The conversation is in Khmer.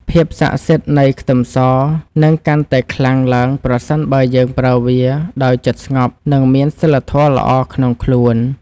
ភាពស័ក្តិសិទ្ធិនៃខ្ទឹមសនឹងកាន់តែខ្លាំងឡើងប្រសិនបើយើងប្រើវាដោយចិត្តស្ងប់និងមានសីលធម៌ល្អក្នុងខ្លួន។